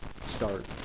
start